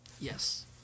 Yes